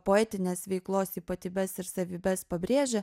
poetinės veiklos ypatybes ir savybes pabrėžia